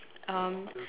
um